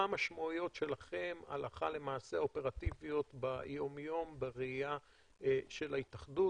מה המשמעויות האופרטיביות שלכם הלכה למעשה ביום-יום בראייה של ההתאחדות?